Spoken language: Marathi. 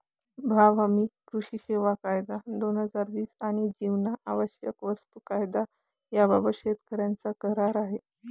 भाव हमी, कृषी सेवा कायदा, दोन हजार वीस आणि जीवनावश्यक वस्तू कायदा याबाबत शेतकऱ्यांचा करार आहे